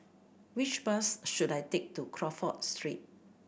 which bus should I take to Crawford Street